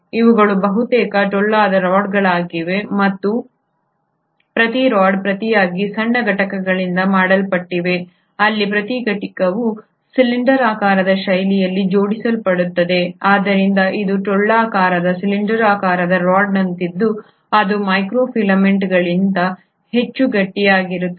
ಇವುಗಳು ಬಹುತೇಕ ಟೊಳ್ಳಾದ ರಾಡ್ಗಳಾಗಿವೆ ಮತ್ತು ಪ್ರತಿ ರಾಡ್ ಪ್ರತಿಯಾಗಿ ಸಣ್ಣ ಘಟಕಗಳಿಂದ ಮಾಡಲ್ಪಟ್ಟಿದೆ ಅಲ್ಲಿ ಪ್ರತಿ ಘಟಕವು ಸಿಲಿಂಡರಾಕಾರದ ಶೈಲಿಯಲ್ಲಿ ಜೋಡಿಸಲ್ಪಡುತ್ತದೆ ಆದ್ದರಿಂದ ಇದು ಟೊಳ್ಳಾದ ಸಿಲಿಂಡರಾಕಾರದ ರಾಡ್ನಂತಿದ್ದು ಅದು ಮೈಕ್ರೋಫಿಲಾಮೆಂಟ್ಗಳಿಗಿಂತ ಹೆಚ್ಚು ಗಟ್ಟಿಯಾಗಿರುತ್ತದೆ